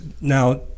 now